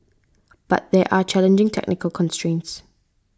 but there are challenging technical constrains